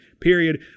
period